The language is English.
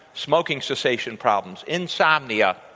smoking cessation problems, insomnia,